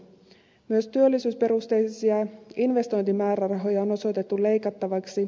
myös työllisyysperusteisia investointimäärärahoja on osoitettu leikattavaksi